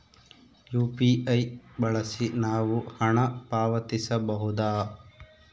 UPI ಬಳಸಿ ನಾವು ಹಣ ಪಾವತಿಸಬಹುದಾ?